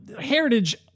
heritage